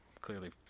clearly